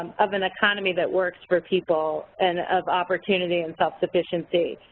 um of an economy that works for people and of opportunity and self-sufficiency.